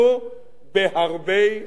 בהרבה אלוני-מורה.